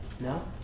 No